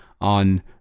on